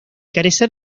carecer